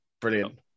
Brilliant